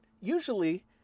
Usually